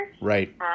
Right